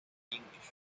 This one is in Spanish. english